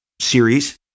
series